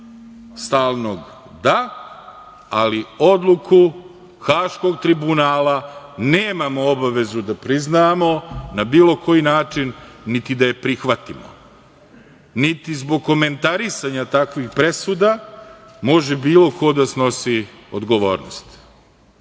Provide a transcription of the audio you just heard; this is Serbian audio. stalnog, da, ali odluku Haškog tribunala nemamo obavezu da priznamo na bilo koji način, niti da je prihvatimo. Niti zbog komentarisanja takvih presuda može bilo ko da snosi odgovornost.